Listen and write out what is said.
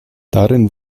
darin